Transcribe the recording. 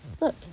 Look